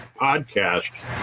podcast